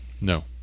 No